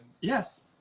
yes